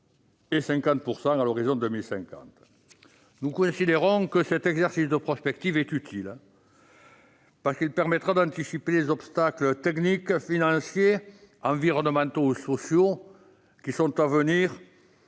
et 50 % à l'horizon 2050. Nous considérons que cet exercice de prospective est utile, car il permettra d'anticiper les obstacles techniques, financiers, environnementaux ou sociaux à venir